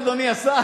אדוני השר,